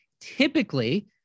Typically